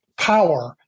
Power